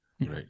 Right